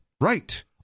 Right